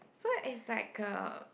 so it's like a